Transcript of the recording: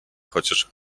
chociaż